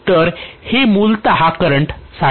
तर हे मूलत करंट साठी मार्गास अनुमती देईल